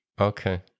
Okay